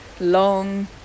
long